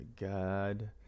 God